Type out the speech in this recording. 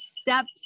steps